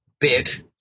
bit